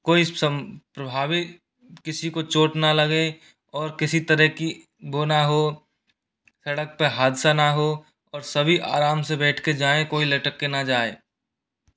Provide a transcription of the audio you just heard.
कोई प्रभावित किसी को चोट न लगे और किसी तरह की वह न हो सड़क पर हादसा न हो और सभी आराम से बैठ कर जाए कोई लटक कर न जाए